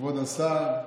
כבוד השר,